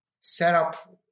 setup